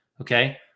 Okay